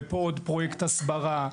ופה עוד פרויקט הסברה,